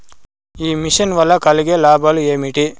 ఈ మిషన్ వల్ల కలిగే లాభాలు ఏమిటి?